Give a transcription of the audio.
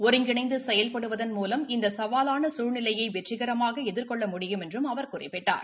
ஒருங்கிணைந்து செயல்படுவதன் மூலம் இந்த சவாலான சூழ்நிலையை வெற்றிகரமாக எதிர்கொள்ள முடியும் என்றும் அவர் குறிப்பிட்டார்